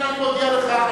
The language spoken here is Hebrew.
הנה, אני מודיע לך,